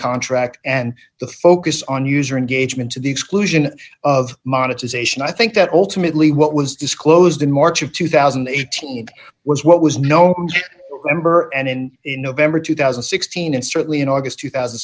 contract and the focus on user engagement to the exclusion of monetization i think that ultimately what was disclosed in march of two thousand and eighteen was what was no amber and in november two thousand and sixteen and certainly in august two thousand